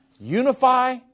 Unify